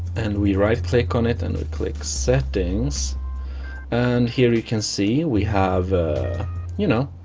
and we right-click on it and click settings and here you can see we have you know,